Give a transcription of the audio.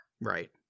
Right